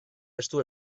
estu